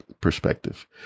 perspective